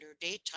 daytime